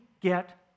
get